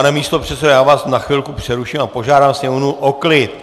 Pane místopředsedo, já vás na chvilku přeruším a požádám Sněmovnu o klid!